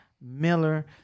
Miller